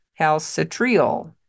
calcitriol